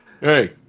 Hey